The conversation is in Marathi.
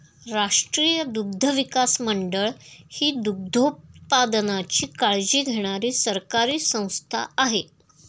राष्ट्रीय दुग्धविकास मंडळ ही दुग्धोत्पादनाची काळजी घेणारी सरकारी संस्था आहे